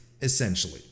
essentially